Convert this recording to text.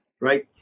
Right